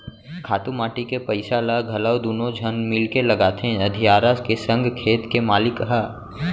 खातू माटी के पइसा ल घलौ दुनों झन मिलके लगाथें अधियारा के संग खेत के मालिक ह